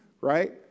right